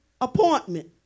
appointment